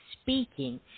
speaking